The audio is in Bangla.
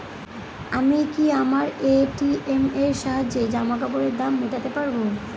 আমি কি আমার এ.টি.এম এর সাহায্যে জামাকাপরের দাম মেটাতে পারব?